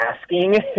asking